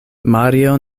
mario